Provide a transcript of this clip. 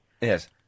Yes